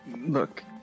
look